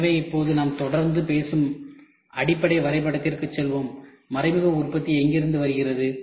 எனவே இப்போது நாம் தொடர்ந்து பேசும் அடிப்படை வரைபடத்திற்குச் செல்வோம் மறைமுக உற்பத்தி எங்கிருந்து வருகிறது